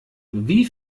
wie